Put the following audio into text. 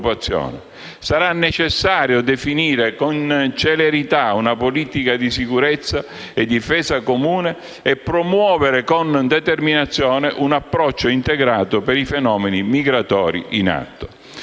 sarà necessario definire con celerità una politica di sicurezza e difesa comune e promuovere con determinazione un approccio integrato per i fenomeni migratori in atto.